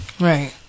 Right